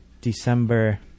December